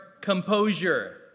composure